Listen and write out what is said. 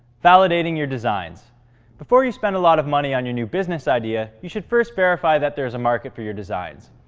validating your designs before you spend a lot of money on your new business idea, you should first verify that there is a market for your designs.